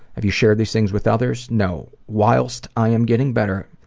have you share these things with others? no. whilst i am getting better,